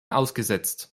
ausgesetzt